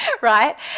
right